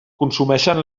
consumeixen